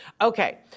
Okay